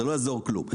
זה לא יעזור בכלום.